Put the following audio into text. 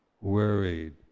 worried